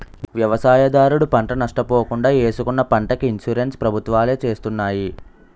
వ్యవసాయదారుడు పంట నష్ట పోకుండా ఏసుకున్న పంటకి ఇన్సూరెన్స్ ప్రభుత్వాలే చేస్తున్నాయి